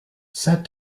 sit